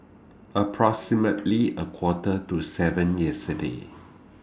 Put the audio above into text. approximately A Quarter to seven yesterday